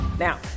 Now